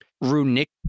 runic